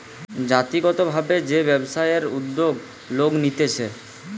জাতিগত ভাবে যে ব্যবসায়ের উদ্যোগ লোক নিতেছে